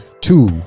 two